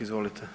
Izvolite.